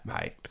mate